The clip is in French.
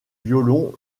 violon